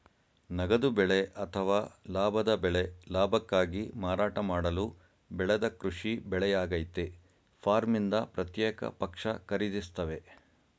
ನಗದು ಬೆಳೆ ಅಥವಾ ಲಾಭದ ಬೆಳೆ ಲಾಭಕ್ಕಾಗಿ ಮಾರಾಟ ಮಾಡಲು ಬೆಳೆದ ಕೃಷಿ ಬೆಳೆಯಾಗಯ್ತೆ ಫಾರ್ಮ್ನಿಂದ ಪ್ರತ್ಯೇಕ ಪಕ್ಷ ಖರೀದಿಸ್ತವೆ